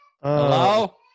Hello